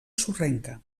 sorrenca